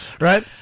right